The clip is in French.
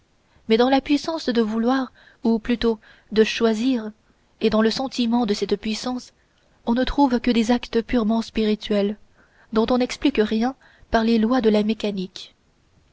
mais dans la puissance de vouloir ou plutôt de choisir et dans le sentiment de cette puissance on ne trouve que des actes purement spirituels dont on n'explique rien par les lois de la mécanique